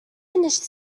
finished